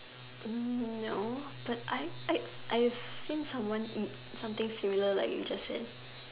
Hm no but I I I seen someone eat something similar like you just said